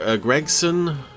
Gregson